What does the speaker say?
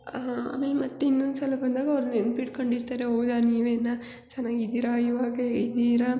ಆಮೇಲೆ ಮತ್ತೆ ಇನ್ನೊಂದು ಸಲ ಅವ್ರು ನೆನಪಿಟ್ಕೊಂಡಿರ್ತಾರೆ ಹೌದ ನೀವೇನಾ ಚೆನ್ನಾಗಿದಿರಾ ಇವಾಗ ಹೇಗಿದೀರಾ